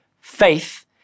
Faith